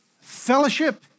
fellowship